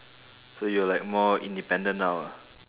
so you're like more independent now ah